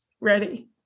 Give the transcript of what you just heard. ready